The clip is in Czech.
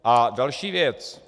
A další věc.